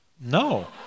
No